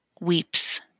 weeps